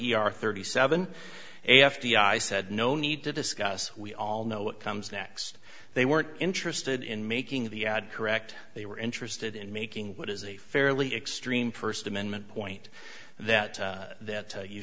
your thirty seven f d r i said no need to discuss we all know what comes next they weren't interested in making the ad correct they were interested in making what is a fairly extreme first amendment point that that you